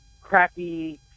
crappy